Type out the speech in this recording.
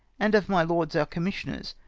and of my lords, our commissioners,